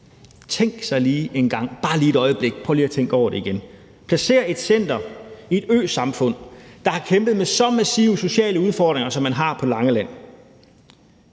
Tænk sig engang, bare lige et øjeblik – prøv lige at tænke over det igen – at placere et center i et øsamfund, der har kæmpet med så massive sociale udfordringer, som man har på Langeland,